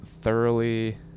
thoroughly